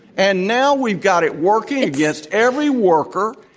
and now we've got it working against every worker,